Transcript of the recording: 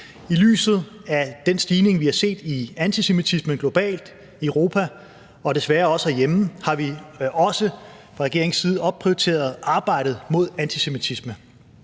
I lyset af den stigning, vi har set i antisemitismen globalt, i Europa og desværre også herhjemme, har vi også fra regeringens side opprioriteret arbejdet mod antisemitisme.